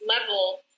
level